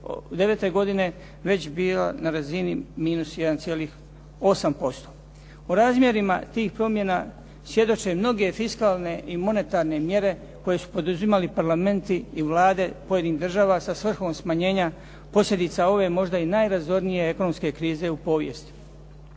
2009. godine već bila na razini -1,8%. U razmjerima tih promjena svjedoče mnoge fiskalne i monetarne mjere koje su poduzimali parlamenti i vlade pojedinih država sa svrhom smanjenja posljedica ove, možda i najrazornije ekonomske krize u povijesti.